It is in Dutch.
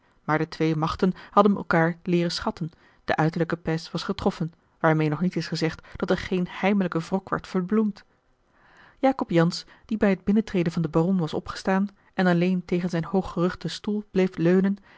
maar de twee machten hadden elkaâr leeren schatten de uiterlijke pays was getroffen waarmeê nog niet is gezegd dat er geen heimelijke wrok werd verbloemd jacob jansz die bij het binnentreden van den baron was opgestaan en alleen tegen zijn hooggerugden stoel bleef leunen